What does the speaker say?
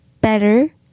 better